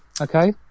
Okay